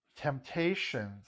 Temptations